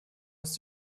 dass